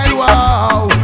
wow